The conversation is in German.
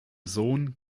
sohn